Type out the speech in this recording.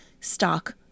stock